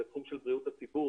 זה התחום של בריאות הציבור